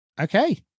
Okay